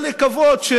אלה עובדות.